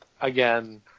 again